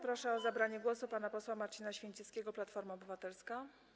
Proszę o zabranie głosu pana posła Marcina Święcickiego, Platforma Obywatelska.